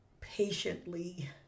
patiently